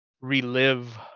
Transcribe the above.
relive